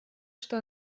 что